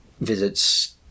visits